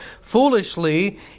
foolishly